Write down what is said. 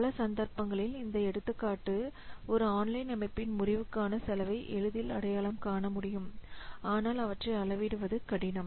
பல சந்தர்ப்பங்களில் இந்த எடுத்துக்காட்டு ஒரு ஆன்லைன் அமைப்பின் முறிவுக்கான செலவை எளிதில் அடையாளம் காண முடியும் ஆனால் அவற்றை அளவிடுவது கடினம்